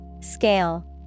Scale